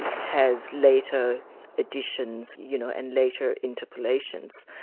has later additions you know and later interpolations.